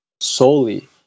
solely